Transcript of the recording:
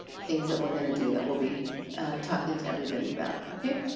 things that we're going to do that we'll be talking to everybody about, okay?